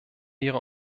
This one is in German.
ihre